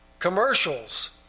Commercials